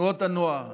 תנועות הנוער,